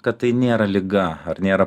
kad tai nėra liga ar nėra